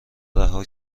رها